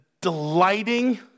delighting